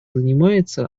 занимается